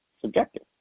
subjective